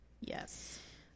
Yes